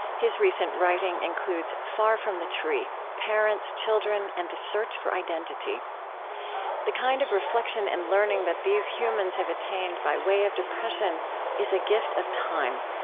his recent writing includes far from the tree parents, children, and the search for identity the kind of reflection and learning that these humans have attained by way of depression is a gift of time.